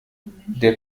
der